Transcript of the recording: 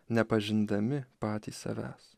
nepažindami patys savęs